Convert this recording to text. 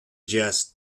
just